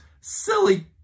silly